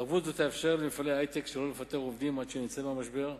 ערבות זאת תאפשר למפעלי היי-טק לא לפטר עובדים עד שנצא מהמשבר.